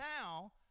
now